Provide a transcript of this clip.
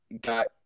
got